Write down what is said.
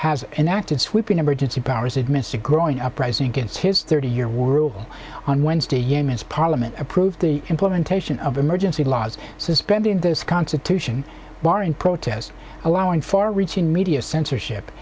has enacted sweeping emergency powers admits a growing uprising against his thirty year rule on wednesday yemen's parliament approved the implementation of emergency laws suspending the constitution more in protest allowing far reaching media censorship